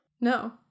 No